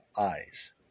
Eyes